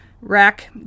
rack